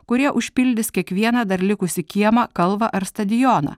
kurie užpildys kiekvieną dar likusį kiemą kalvą ar stadioną